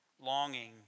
longing